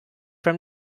from